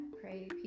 pray